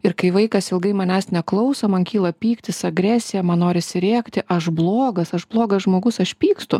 ir kai vaikas ilgai manęs neklauso man kyla pyktis agresija man norisi rėkti aš blogas aš blogas žmogus aš pykstu